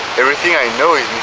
everything i know is